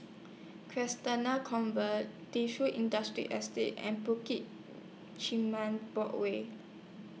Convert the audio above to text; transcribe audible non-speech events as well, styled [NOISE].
[UNINTELLIGIBLE] Convent Defu Industrial Estate and Bukit Chermin Board Way